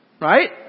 Right